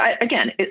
again